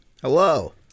Hello